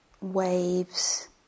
waves